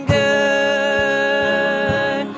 good